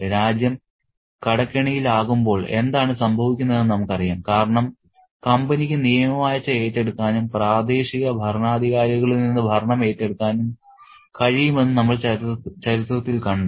രാജ്യം കടക്കെണിയിലാകുമ്പോൾ എന്താണ് സംഭവിക്കുന്നതെന്ന് നമുക്കറിയാം കാരണം കമ്പനിക്ക് നിയമവാഴ്ച ഏറ്റെടുക്കാനും പ്രാദേശിക ഭരണാധികാരികളിൽ നിന്ന് ഭരണം ഏറ്റെടുക്കാനും കഴിയുമെന്ന് നമ്മൾ ചരിത്രത്തിൽ കണ്ടു